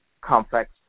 complex